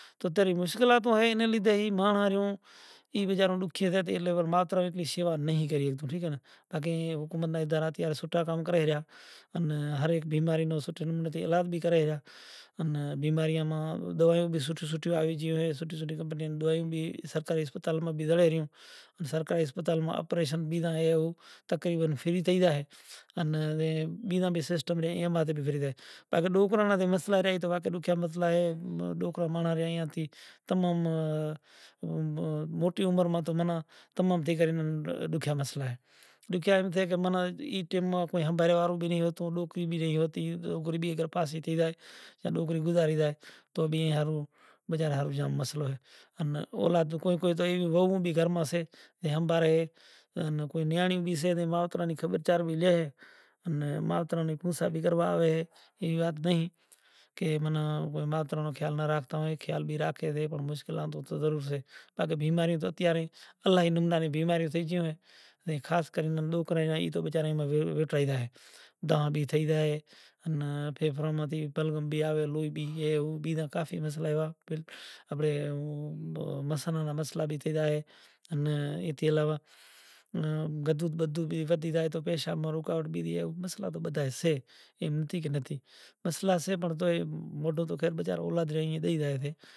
روہیداس پوتاں نو ڈیکرو اے مالہی نے گھرے لاگے سے کام میں آن رازا ہریچند اوتے مزوری کرے لاگے سے اتے کرتا کرتا کرتا زا رے مہینا میں سمو آئے پورو تھیو ان ایک کوڑی پنڑ ایئاں لئی بھیڑیوں کریوں تو سوئیم ئی دہاڑو آیو وشوامنتر آیا کہ اے راجا ہریچند ہوے ماں نیں دکھشنڑا ڈو، ہے گرودیو اوس تاں نیں دکھشنڑا آلوں پنڑ بئے گھڑی بیسی ماں نیں دوئارے کہ کوئی رسوئی کوئی پانڑی کائیں سیوا نو باپو موقعو ہالو۔ وشوامنتر کیدہو راجا ہریچند ماں نی شیوا بیزی پسے کریجی پہریوں ماں ریوں ایک سو ایک زے کوڑیوں تھائیسیں ای تو منیں ہال راجا ہریچند دھیاں کری زویو کہ واقعی ایک سو ایک کوڑیوں بھیڑیوں کرے لاشیوں سیں پنڑ وشوامنتر پوتانی سٹھ سال نی تپسیا ہتی، سٹھ سالاں نی تپسیا ہتی تو ایوا انبھووی ہتا زے آوے ری وات ان گزری گئی وات مناں کوئی بھی وات ہوئے ای بھی زانڑتا تو وشوامنتر کہدہو کہ ایک سو ایک کوڑیوں بھیڑیوں کرے لاشیوں سے ایوو کھیل کریو تو ایک سو ایک کوڑیوں زے ریوں اے بدہیوں کوڑیوں تھئی زائیں۔